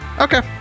Okay